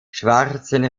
schwarzen